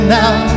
now